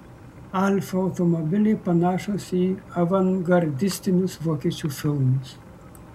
alfa automobiliai panašūs į avangardistinius vokiečių filmus